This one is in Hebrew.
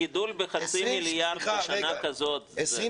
גידול בחצי מיליארד בשנה כזאת זה המדינה לא מכניסה את היד לכיס?